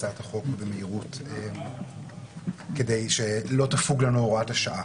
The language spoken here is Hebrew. הצעת החוק במהירות כדי שלא תפוג לנו הוראת השעה.